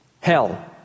hell